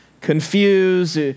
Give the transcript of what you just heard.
confused